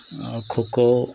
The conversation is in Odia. ଆଉ ଖୋଖୋ